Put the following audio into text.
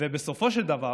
ובסופו של דבר